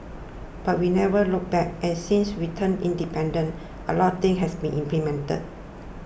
but we never looked back and since we turned independent a lot things has been implemented